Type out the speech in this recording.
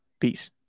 Peace